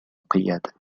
قيادة